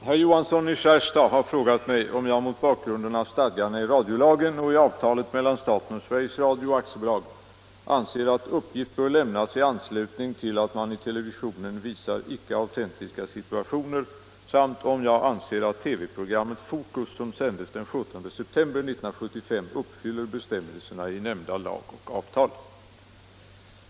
Herr talman! Herr Johansson i Skärstad har frågat mig om jag, mot bakgrund av stadgarna i radiolagen och i avtalet mellan staten och Sveriges Radio Aktiebolag, anser att uppgift bör lämnas i anslutning till att man i televisionen visar icke autentiska situationer samt om jag anser att TV-programmet Fokus som sändes den 17 september 1975 uppfyller bestämmelserna i nämnda lag och avtal.